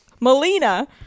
Melina